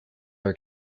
are